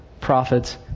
prophets